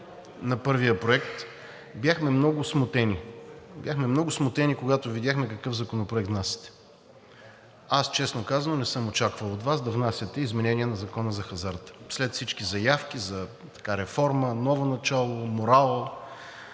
на първия проект, бяхме много смутени, бяхме много смутени, когато видяхме какъв законопроект внасяте. Аз, честно казано, не съм очаквал от Вас да внасяте изменение на Закона за хазарта, след всички заявки за реформа, ново начало, морал,